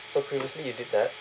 so previously you did that